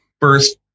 first